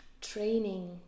training